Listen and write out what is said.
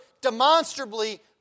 demonstrably